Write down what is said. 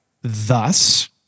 Thus